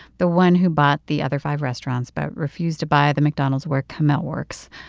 the one who bought the other five restaurants but refused to buy the mcdonald's where kamel works.